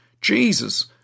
Jesus